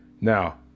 now